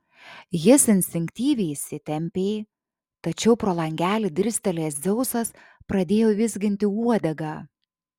jis instinktyviai įsitempė tačiau pro langelį dirstelėjęs dzeusas pradėjo vizginti uodegą